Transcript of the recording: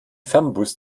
fernbus